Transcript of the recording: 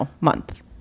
month